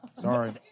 Sorry